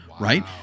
right